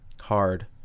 hard